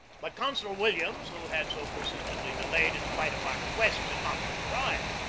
but consul williams, who had so persistently delayed in spite of my re quests, had not yet arrived,